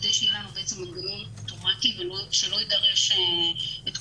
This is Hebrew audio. וכדי שיהיה לנו מנגנון אוטומטי ולא יידרש כל